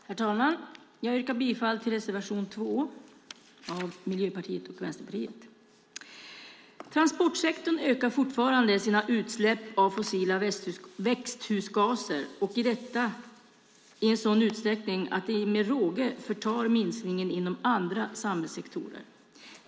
Herr talman! Jag yrkar bifall till reservation 2 av Miljöpartiet och Vänsterpartiet. Transportsektorn ökar fortfarande sina utsläpp av fossila växthusgaser, och detta i sådan utsträckning att det med råge förtar minskningen inom andra samhällssektorer.